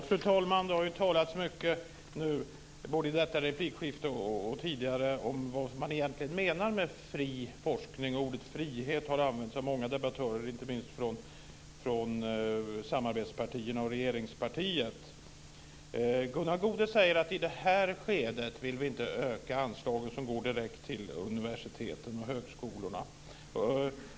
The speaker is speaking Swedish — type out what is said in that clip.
Fru talman! Det har talats mycket både i detta replikskifte och tidigare om vad som egentligen menas med fri forskning. Ordet frihet har använts av många debattörer, inte minst från samarbetspartierna och regeringspartiet. Gunnar Goude säger att de i det här skedet inte vill öka anslaget som går direkt till universiteten och högskolorna.